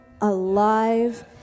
alive